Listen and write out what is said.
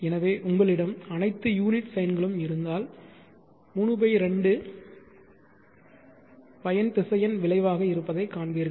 எனவே உங்களிடம் அனைத்து யூனிட் சைன்களும் இருந்தால் 32 பயன் திசையன் விளைவாக இருப்பதை காண்பீர்கள்